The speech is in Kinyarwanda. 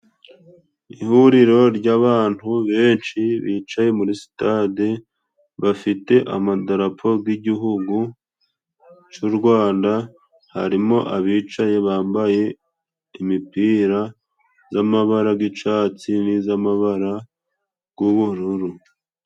Ihuriro ry'abantu benshi bicaye muri sitade bafite amadarapo g'igihugu cu rwanda harimo abicaye bambaye imipira z'amabara g'icatsi n'izamabara g'ubururu.